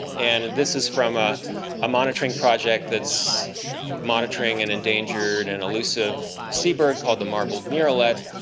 and this is from a ah monitoring project that's monitoring an endangered and elusive seabird called the marbled murrelet.